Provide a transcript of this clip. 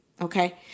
okay